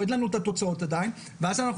לזה אין לנו את התוצאות עדיין ואז אנחנו